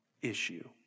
issue